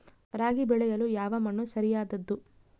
ರಾಗಿ ಬೆಳೆಯಲು ಯಾವ ಮಣ್ಣು ಸರಿಯಾದದ್ದು?